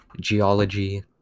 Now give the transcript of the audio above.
geology